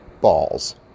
balls